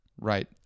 Right